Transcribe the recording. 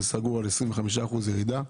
זה סגור על 25% ירידה,